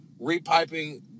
repiping